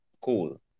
cool